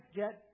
get